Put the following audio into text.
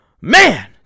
man